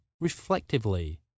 reflectively